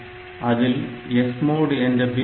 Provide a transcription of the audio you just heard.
அதில் SMOD என்ற bit உண்டு